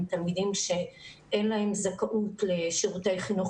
תלמידים שאין להם זכאות לשירותי חינוך